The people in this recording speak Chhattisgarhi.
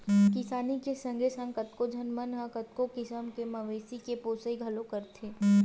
किसानी के संगे संग कतको झन मन ह कतको किसम के मवेशी के पोसई घलोक करथे